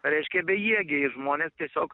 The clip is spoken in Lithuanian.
reiškia bejėgiai ir žmonės tiesiog